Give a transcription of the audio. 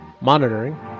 Monitoring